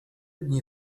dni